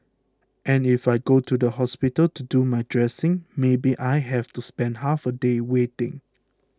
and if I go to the hospital to do my dressing maybe I have to spend half a day waiting